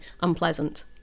unpleasant